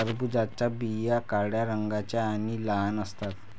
टरबूजाच्या बिया काळ्या रंगाच्या आणि लहान असतात